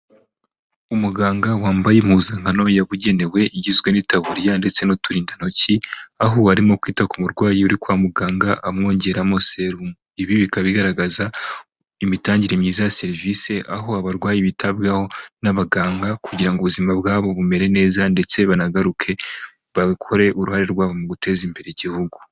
Umuganga wambaye impuzankano yabugenewe igizwe n'itaburiya ndetse n'uturindantoki, aho arimo kwita ku murwayi uri kwa muganga amwongeramo serumu. Ibi bikaba bigaragaza imitangire myiza ya serivisi aho abarwayi bitabwaho n'abaganga kugira ngo ubuzima bwabo bumere neza, ndetse banagaruke bakore uruhare rwabo mu guteza imbere Igihugu.